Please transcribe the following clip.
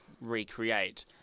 recreate